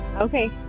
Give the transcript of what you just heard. Okay